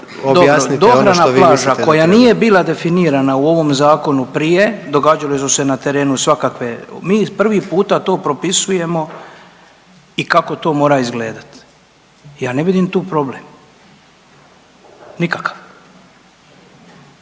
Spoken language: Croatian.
Dohrana plaža koja nije bila definirana u ovom zakonu prije događale su se na terenu svakakve, mi prvi puta to propisujemo i kako to mora izgledati. Ja ne vidim tu problem nikakav.